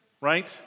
Right